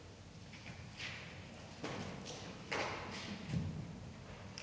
Tak